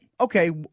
okay